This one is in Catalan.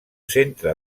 centre